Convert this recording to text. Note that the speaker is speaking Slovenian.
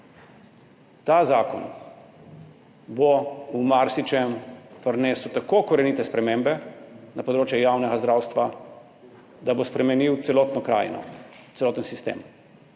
Ta zakon bo v marsičem prinesel tako korenite spremembe na področju javnega zdravstva, da bo spremenil celotno krajino, celoten sistem.